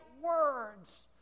words